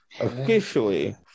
Officially